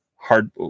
Hard